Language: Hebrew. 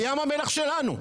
בים המלח שלנו.